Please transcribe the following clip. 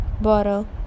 bottle